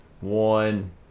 One